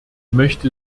möchte